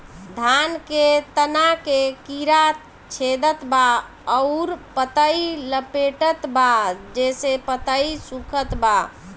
धान के तना के कीड़ा छेदत बा अउर पतई लपेटतबा जेसे पतई सूखत बा?